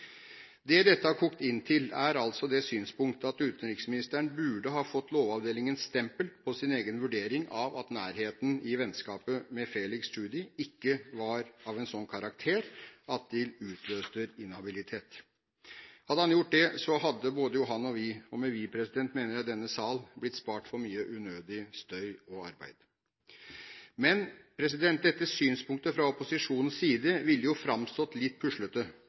Det dette har kokt inn til, er altså det synspunkt at utenriksministeren burde fått Lovavdelingens stempel på sin egen vurdering av at nærheten i vennskapet med Felix Tschudi ikke var av en sånn karakter at det utløste inhabilitet. Hadde han gjort det, hadde jo både han og vi – og med «vi» mener jeg denne sal – blitt spart for mye unødig støy og arbeid. Men dette synspunktet fra opposisjonens side ville jo framstått som litt puslete,